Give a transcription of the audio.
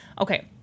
Okay